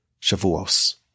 Shavuos